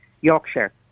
Yorkshire